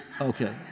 Okay